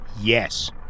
Yes